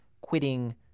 quitting